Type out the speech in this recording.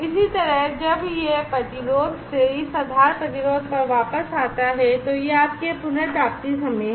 इसी तरह जब यह प्रतिरोध से इस आधार प्रतिरोध पर वापस आता है तो यह आपके पुनर्प्राप्ति समय है